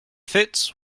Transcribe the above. fits